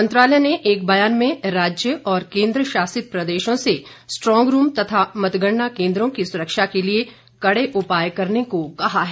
मंत्रालय ने एक बयान में राज्य और केंद्र शासित प्रदेशों से स्ट्रॉगरूम तथा मतगणना केंद्रो की सुरक्षा के लिए कड़े उपाय करने को कहा है